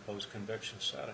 post conviction so